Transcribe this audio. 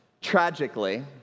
Tragically